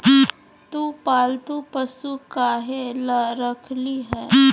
तु पालतू पशु काहे ला रखिली हें